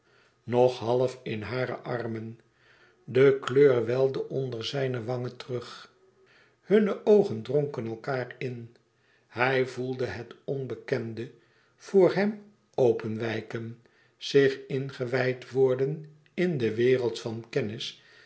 nog half in hare armen de kleur welde onder zijne wangen terug hunne oogen dronken elkaâr in hij voelde het onbekende voor hem openwijken zich ingewijd worden in de wereld van kennis